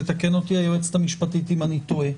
תתקן אותי היועצת המשפטית אם אני טועה.